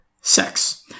sex